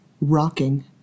rocking